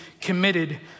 committed